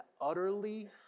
utterly